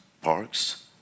parks